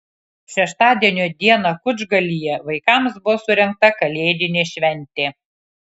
šeštadienio dieną kučgalyje vaikams buvo surengta kalėdinė šventė